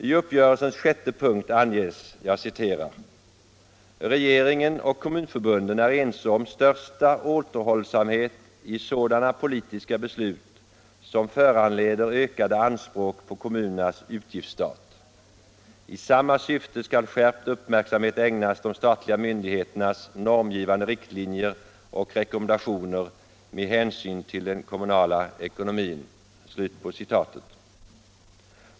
I uppgörelsens sjätte punkt anges: Regeringen och kommunförbunden är ense om största återhållsamhet i sådana politiska beslut som föranleder ökade anspråk på kommunernas utgiftsstat. I samma syfte skall skärpt uppmärksamhet ägnas de statliga myndigheternas normgivande riktlinjer och rekommendationer med hänsyn till den kommunala ekonomin.